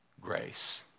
grace